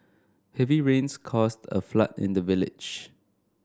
heavy rains caused a flood in the village